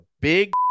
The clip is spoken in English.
big